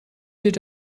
did